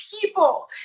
people